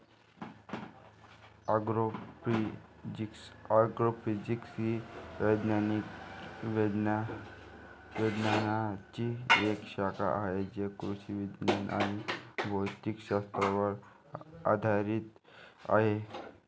agrophysics ही विज्ञानाची एक शाखा आहे जी कृषी विज्ञान आणि भौतिक शास्त्रावर आधारित आहे